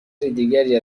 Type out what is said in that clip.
دیگری